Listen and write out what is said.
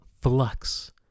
Flux